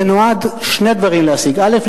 זה נועד להשיג שני דברים: א.